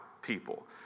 People